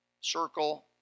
circle